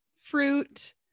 fruit